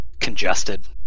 congested